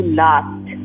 last